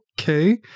okay